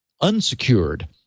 unsecured